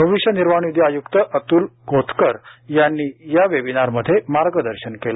भविष्य निर्वाह निधी आय्क्त अतूल कोतकर यांनी या वेबीनारमध्ये मार्गदर्शन केले